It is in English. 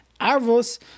arvos